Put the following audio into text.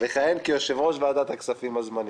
יכהן כיושב-ראש ועדתה כספים הזמנית.